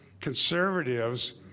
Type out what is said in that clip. conservatives